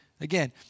again